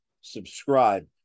subscribe